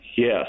Yes